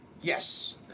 Yes